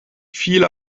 viel